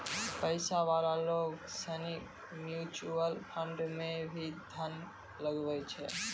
पैसा वाला लोग सनी म्यूचुअल फंड मे भी धन लगवै छै